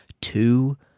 Two